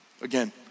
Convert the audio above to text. Again